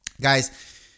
guys